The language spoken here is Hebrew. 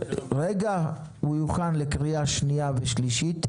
הוא יוכן לקריאה השנייה והשלישית,